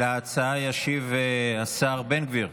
להצעה ישיב השר בן גביר,